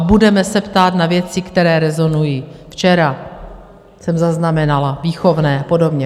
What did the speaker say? Budeme se ptát na věci, které rezonují, včera jsem zaznamenala výchovné a podobně.